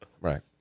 Right